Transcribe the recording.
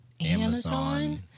Amazon